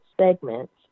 segments